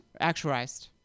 actualized